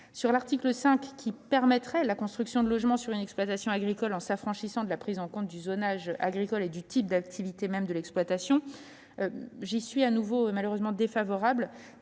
... L'article 5 permettrait de construire un logement sur une exploitation agricole en s'affranchissant de la prise en compte du zonage agricole et du type d'activité de l'exploitation. J'y suis également défavorable.